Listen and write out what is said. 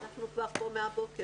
אנחנו כבר פה מהבוקר.